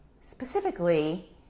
specifically